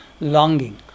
longing